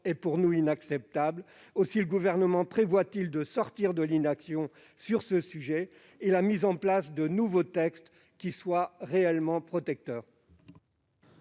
est, pour nous, inacceptable. Aussi, le Gouvernement prévoit-il de sortir de l'inaction sur ce sujet et de mettre en place de nouveaux textes qui soient réellement protecteurs